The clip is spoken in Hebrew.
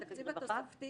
התקציב התוספתי